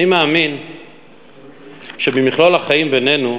אני מאמין שבמכלול החיים בינינו,